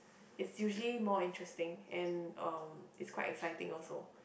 it's usually more interesting and um it's quite exciting also